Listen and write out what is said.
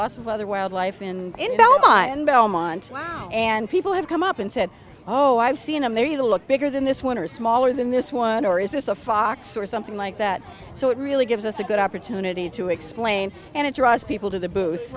lots of other wildlife in doha in belmont and people have come up and said oh i've seen them they look bigger than this one are smaller than this one or is this a fox or something like that so it really gives us a good opportunity to explain and it draws people to the booth